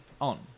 on